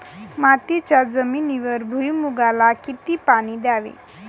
मातीच्या जमिनीवर भुईमूगाला किती पाणी द्यावे?